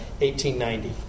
1890